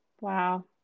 Wow